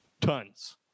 tons